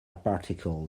particle